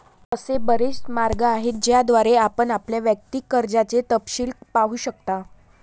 असे बरेच मार्ग आहेत ज्याद्वारे आपण आपल्या वैयक्तिक कर्जाचे तपशील पाहू शकता